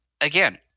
again